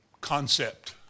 concept